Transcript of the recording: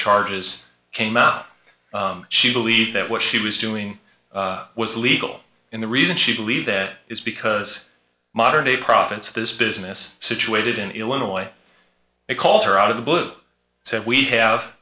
charges came out she believed that what she was doing was legal in the reason she believed that is because modern day prophets this business situated in illinois they call her out of the blue so we have